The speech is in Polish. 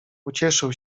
ucieszył